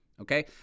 okay